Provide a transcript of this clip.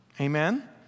Amen